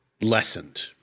lessened